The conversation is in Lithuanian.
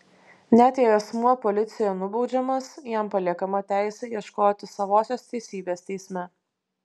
net jei asmuo policijoje nubaudžiamas jam paliekama teisė ieškoti savosios teisybės teisme